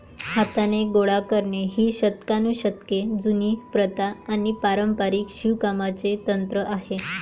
हाताने गोळा करणे ही शतकानुशतके जुनी प्रथा आणि पारंपारिक शिवणकामाचे तंत्र आहे